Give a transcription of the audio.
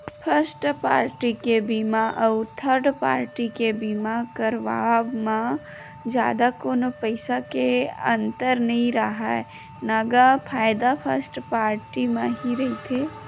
first party के बीमा अउ थर्ड पाल्टी के बीमा करवाब म जादा कोनो पइसा के अंतर नइ राहय न गा फायदा फस्ट पाल्टी म ही रहिथे